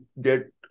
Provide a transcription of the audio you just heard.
get